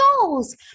goals